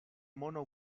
mono